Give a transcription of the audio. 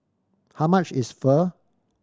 how much is Pho